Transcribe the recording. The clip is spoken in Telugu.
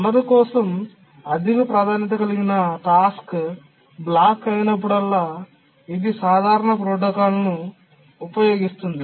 వనరు కోసం అధిక ప్రాధాన్యత కలిగిన టాస్క్ బ్లాక్ అయినప్పుడల్లా ఇది సాధారణ ప్రోటోకాల్ ను ఉపయోగిస్తుంది